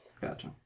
Gotcha